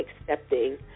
accepting